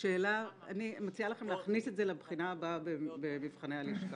אני מציעה לכם להכניס את זה לבחינה הבאה במבחני הלשכה.